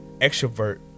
extrovert